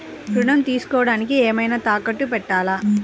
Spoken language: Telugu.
ఋణం తీసుకొనుటానికి ఏమైనా తాకట్టు పెట్టాలా?